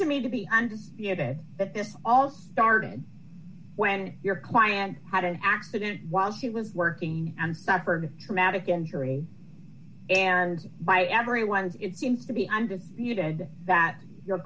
to me to be but this all started when your client had an accident while she was working and suffered traumatic injury and by everyone it seems to be undisputed that your